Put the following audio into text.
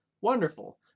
wonderful